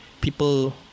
People